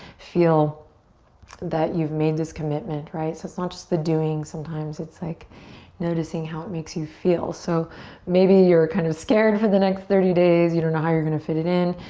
feel that you've made this commitment. right, so it's not just the doing. sometimes it's like noticing how it makes you feel. so maybe you're kind of scared for the next thirty days. you don't know how you're going to fit it in.